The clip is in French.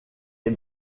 est